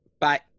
bye